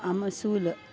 अमसूल